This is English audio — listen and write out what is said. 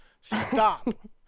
Stop